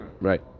Right